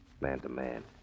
man-to-man